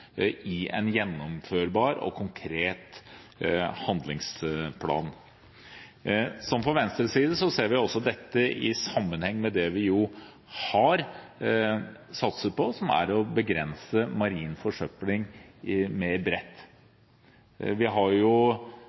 i en gjennomførbar og konkret handlingsplan. Fra Venstres side ser vi dette i sammenheng med det vi har satset på, som er å begrense marin forsøpling bredere. Vi har